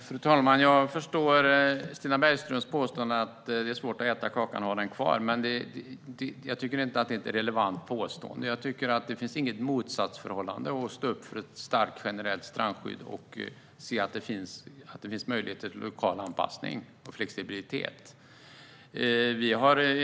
Fru talman! Jag förstår Stina Bergströms påstående att det är svårt att äta kakan och ha den kvar, men jag tycker inte att det är ett relevant påstående. Det finns inget motsatsförhållande i att stå upp för ett starkt generellt strandskydd och se att det finns möjligheter till lokal anpassning och flexibilitet.